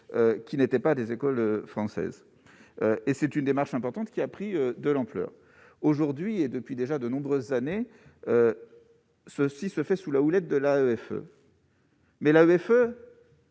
qui n'étaient pas des écoles françaises et c'est une démarche importante qui a pris de l'ampleur aujourd'hui et depuis déjà de nombreuses années, ceux-ci se fait sous la houlette de l'AMF. Mais elle